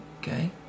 Okay